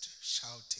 shouting